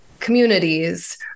communities